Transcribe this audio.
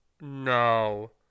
no